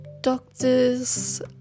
doctors